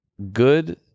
Good